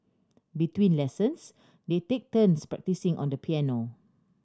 between lessons they take turns practising on the piano